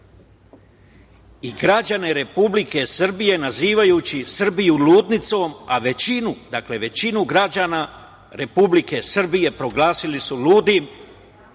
i građane Republike Srbije nazivajući Srbiju ludnicom, a većinu građana Republike Srbije proglasili su ludim,